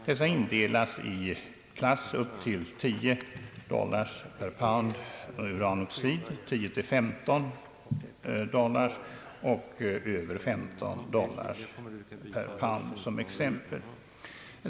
Dessa indelades i klasser upp till 10 dollar per pound uranoxid, 10—15 dollar per pound och över 15 dollar per pound som exempel.